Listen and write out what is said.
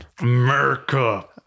America